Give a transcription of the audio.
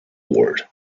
ward